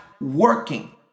working